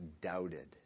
doubted